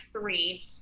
three